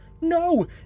No